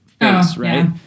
right